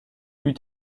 eut